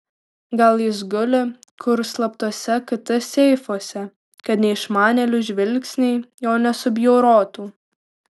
gal jis guli kur slaptuose kt seifuose kad neišmanėlių žvilgsniai jo nesubjaurotų